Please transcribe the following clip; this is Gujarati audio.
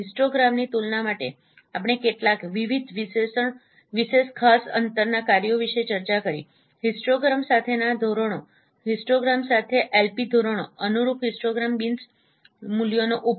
હિસ્ટોગ્રામની તુલના માટે આપણે કેટલાક વિવિધ વિશેષ ખાસ અંતરનાં કાર્યો વિષે ચર્ચા કરી હિસ્ટોગ્રામ સાથેના ધોરણો હિસ્ટોગ્રામ સાથે એલપી ધોરણો અનુરૂપ હિસ્ટોગ્રામ બિન્સ મૂલ્યોનો ઉપયોગ